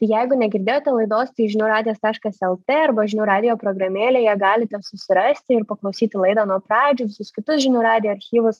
jeigu negirdėjote laidos tai žinių radijas taškas lt arba žinių radijo programėlėje galite susirasti ir paklausyti laidą nuo pradžių visus kitus žinių radijo archyvus